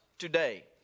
today